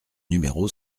numéro